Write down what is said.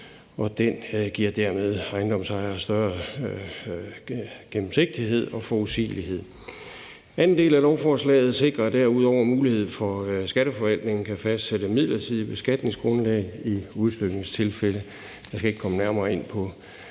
Den giver dermed ejendomsejere større gennemsigtighed og forudsigelighed. Anden del af lovforslaget sikrer derudover mulighed for, at Skatteforvaltningen kan fastsætte midlertidige beskatningsgrundlag i udstykningstilfælde.